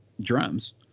drums